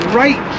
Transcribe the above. right